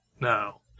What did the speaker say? no